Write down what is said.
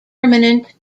permanent